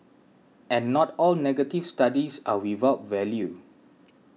and not all negative studies are without value